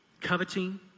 coveting